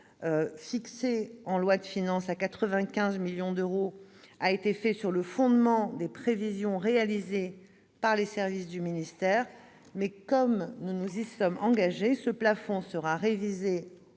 fixé en loi de finances à 95 millions d'euros, a été établi sur le fondement des prévisions réalisées par les services du ministère. Comme nous nous y sommes engagés, ce plafond sera révisé